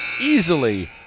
easily